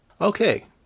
Okay